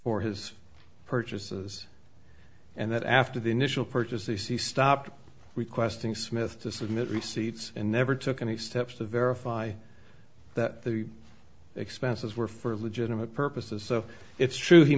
for his purchases and that after the initial purchase the c stopped requesting smith to submit receipts and never took any steps to verify that the expenses were for legitimate purposes so it's true he